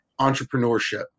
entrepreneurship